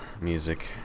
music